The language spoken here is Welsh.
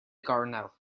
gornel